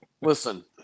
Listen